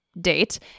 Date